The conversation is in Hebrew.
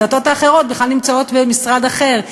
הדתות האחרות בכלל נמצאות במשרד אחר.